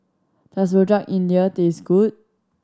does Rojak India taste good